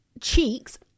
Cheeks